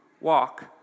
walk